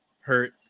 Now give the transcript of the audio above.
hurt